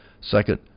second